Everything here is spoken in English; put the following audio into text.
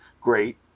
great